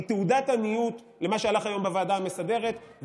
היא תעודת עניות למה שהלך היום בוועדה המסדרת,